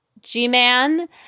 G-Man